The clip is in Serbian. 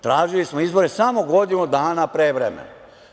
Tražili smo izbore samo godinu dana pre vremena.